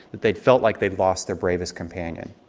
that they'd felt like they'd lost their bravest companion.